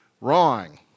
Wrong